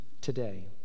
today